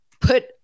put